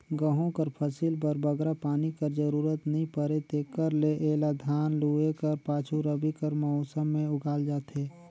गहूँ कर फसिल बर बगरा पानी कर जरूरत नी परे तेकर ले एला धान लूए कर पाछू रबी कर मउसम में उगाल जाथे